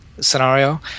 scenario